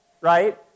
Right